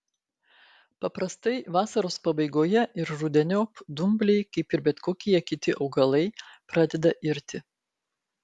paprastai vasaros pabaigoje ir rudeniop dumbliai kaip ir bet kokie kiti augalai pradeda irti